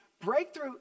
Breakthrough